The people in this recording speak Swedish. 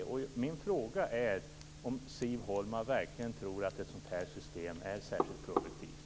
Min fråga är om Siv Holma verkligen tror att ett sådant här system är särskilt produktivt.